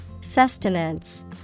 Sustenance